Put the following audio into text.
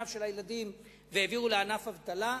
הילדים והעבירו לענף אבטלה,